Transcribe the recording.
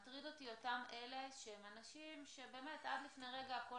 מטרידים אותי אלה שעד לפני רגע הכול